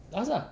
ask lah